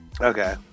Okay